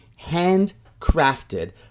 handcrafted